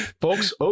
folks